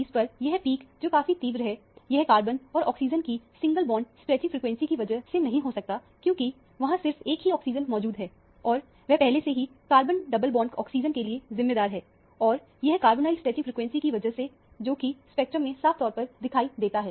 1120 पर यह पिक जो काफी तीव्र है यह कार्बन और ऑक्सीजन की सिंगल बॉन्ड सेटिंग फ्रीक्वेंसी की वजह से नहीं हो सकता क्योंकि वहां सिर्फ एक ही ऑक्सीजन मौजूद है और वह पहले से ही कार्बन डबल बॉन्ड ऑक्सीजन के लिए जिम्मेदार है और यह कार्बोनाइल स्ट्रेचिंग फ्रीक्वेंसी की वजह से है जो कि स्पेक्ट्रम में साफ तौर पर दिखाई देता है